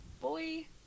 boy